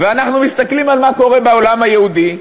ואנחנו מסתכלים על מה שקורה בעולם היהודי,